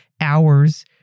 hours